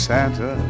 Santa